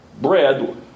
bread